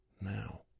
now